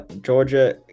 Georgia